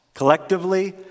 Collectively